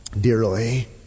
dearly